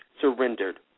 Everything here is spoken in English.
surrendered